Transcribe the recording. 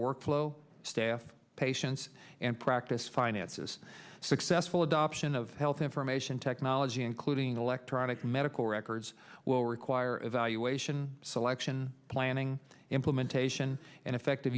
workflow staff patients and practice finances successful adoption of health information technology including electronic medical records will require evaluation selection planning implementation and effective